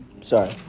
Sorry